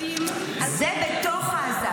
כלבים -- זה בתוך עזה.